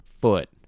foot